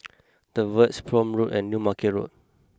the Verge Prome Road and New Market Road